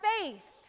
faith